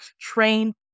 trained